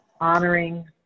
honoring